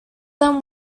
then